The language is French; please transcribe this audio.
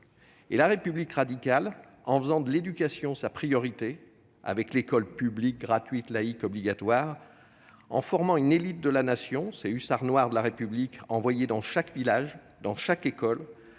Et la République radicale, en faisant de l'éducation sa priorité avec l'école publique, laïque, gratuite et obligatoire, en formant une élite de la Nation, ces hussards noirs de la République envoyés dans chaque village et école,